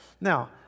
Now